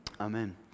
Amen